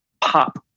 pop